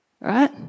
Right